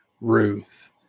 Ruth